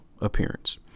appearance